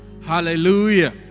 Hallelujah